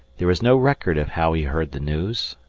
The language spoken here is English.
there is no record of how he heard the news,